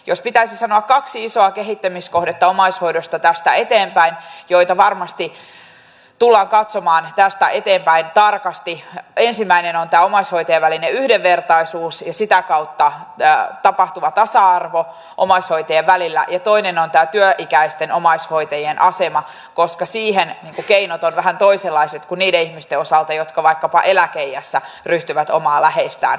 jos pitäisi sanoa omaishoidosta kaksi isoa kehittämiskohdetta joita varmasti tullaan katsomaan tästä eteenpäin tarkasti niin ensimmäinen on tämä omaishoitajien välinen yhdenvertaisuus ja sitä kautta tapahtuva tasa arvo omaishoitajien välillä ja toinen on työikäisten omaishoitajien asema koska siihen keinot ovat vähän toisenlaiset kuin niiden ihmisten osalta jotka vaikkapa eläkeiässä ryhtyvät omaa läheistään päätoimisesti hoitamaan